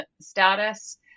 status